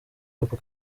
hop